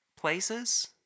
places